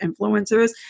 influencers